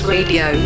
Radio